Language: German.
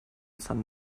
san